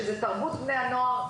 שזו תרבות בני הנוער,